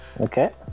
Okay